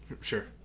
Sure